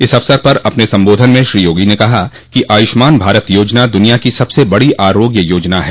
इस अवसर पर अपने संबोधन में श्री योगी कहा कि आयुष्मान भारत योजना दुनिया की सबसे बड़ी आरोग्य योजना है